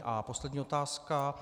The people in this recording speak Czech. A poslední otázka.